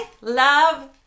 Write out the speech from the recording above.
love